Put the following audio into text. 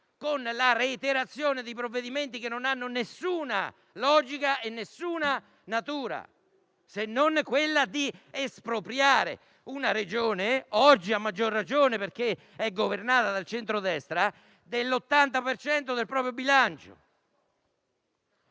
con la reiterazione di provvedimenti che non hanno alcuna logica e alcuna natura se non quella di espropriare una Regione, oggi a maggior ragione perché è governata dal centrodestra, dell'80 per cento del proprio bilancio.